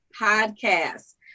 Podcast